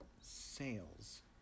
sales